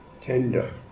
tender